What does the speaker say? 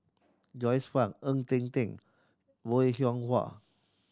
Joyce Fan Ng Eng Teng Bong Hiong Hwa